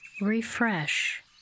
Refresh